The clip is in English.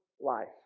life